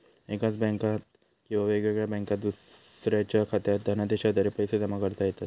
एकाच बँकात किंवा वेगळ्या बँकात दुसऱ्याच्यो खात्यात धनादेशाद्वारा पैसो जमा करता येतत